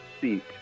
seat